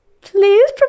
please